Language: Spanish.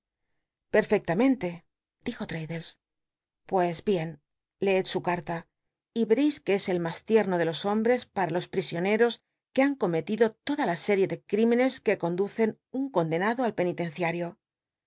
perfectamente dijo traddles pues bien leed su carta y yercis que es el mas tierno de los hombres para los prisioneros uc han cometido toda la série de cl'imenes que conducen un condenado al penitenciario